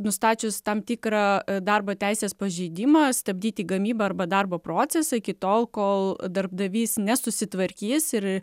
nustačius tam tikrą darbo teisės pažeidimą stabdyti gamybą arba darbo procesą iki tol kol darbdavys nesusitvarkys ir